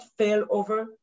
failover